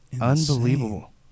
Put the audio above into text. Unbelievable